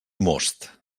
most